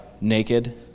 naked